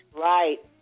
Right